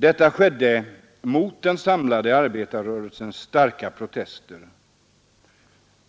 Detta skedde mot den samlade arbetarrörelsens starka protester.